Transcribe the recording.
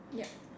yup